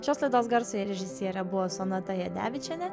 šios laidos garso režisierė buvo sonata jadevičienė